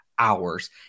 Hours